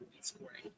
scoring